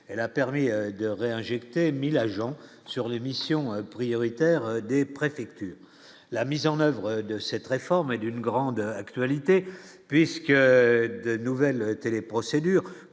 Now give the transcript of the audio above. elle a permis de réinjecter 1000 agents sur les missions prioritaires des préfectures, la mise en oeuvre de cette réforme est d'une grande actualité puisque de nouvelles télé-procédures